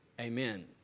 Amen